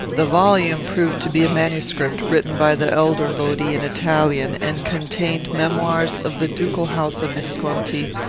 the volume proved to be a manuscript, written by the elder lodi in italian, and contained memoirs of the ducal house of visconti,